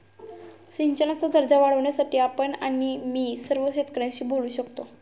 सिंचनाचा दर्जा वाढवण्यासाठी आपण आणि मी सर्व शेतकऱ्यांशी बोलू शकतो